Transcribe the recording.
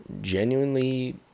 genuinely